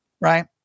Right